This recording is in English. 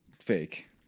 fake